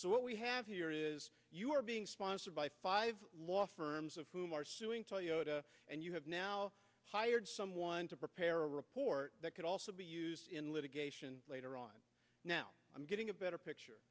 so what we have here is you are being sponsored by five law firms of whom are suing toyota and you have now hired someone to prepare a report that could also be used in litigation later on now i'm getting a better picture